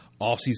offseason